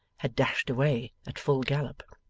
had dashed away at full gallop.